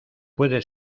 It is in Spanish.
puede